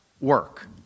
work